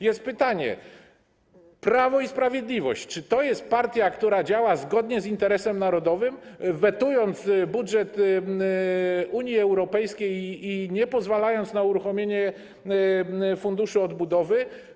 Jest pytanie: Czy Prawo i Sprawiedliwość to jest partia, która działa zgodnie z interesem narodowym, wetując budżet Unii Europejskiej i nie pozwalając na uruchomienie Funduszu Odbudowy?